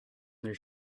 their